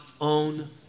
own